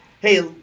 Hey